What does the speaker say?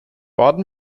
orden